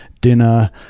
dinner